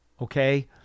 Okay